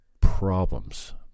problems